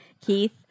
Keith